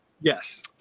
Yes